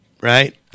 Right